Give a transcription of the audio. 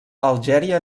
algèria